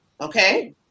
Okay